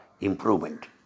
improvement